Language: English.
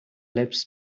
lips